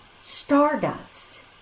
stardust